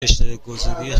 اشتراکگذاری